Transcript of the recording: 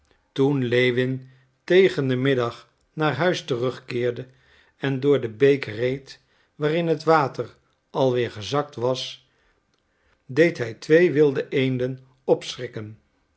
toen lewin tegen den middag naar huis terug keerde en door de beek reed waarin het water al weer gezakt was deed hij twee wilde eenden opschrikken